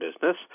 business